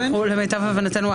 למיטב הבנתנו,